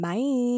Bye